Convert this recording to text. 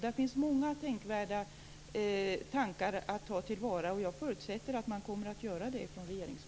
Där finns mycket tänkvärt att ta till vara, och jag förutsätter att man inom regeringen kommer att göra det.